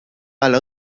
الان